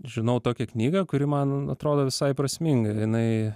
žinau tokią knygą kuri man atrodo visai prasminga jinai